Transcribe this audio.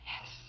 Yes